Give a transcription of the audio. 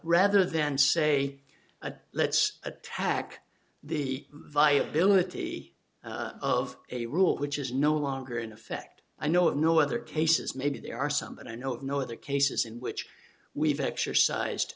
rather than say a let's attack the viability of a rule which is no longer in effect i know of no other cases maybe there are some but i know of no other cases in which we've exercised